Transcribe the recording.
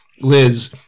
Liz